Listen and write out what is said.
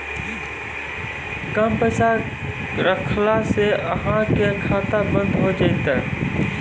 कम पैसा रखला से अहाँ के खाता बंद हो जैतै?